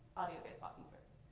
audio-based walking tours.